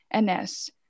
NS